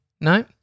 No